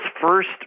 first